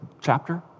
chapter